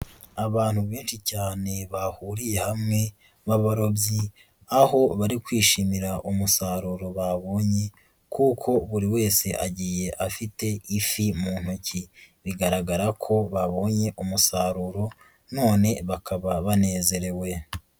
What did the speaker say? Abantu benshi cyane bahuriye hamwe b'abarobyi, aho bari kwishimira umusaruro babonye, kuko buri wese agiye afite ifi mu ntoki, bigaragara ko babonye umusaruro, none bakaba banezerewe.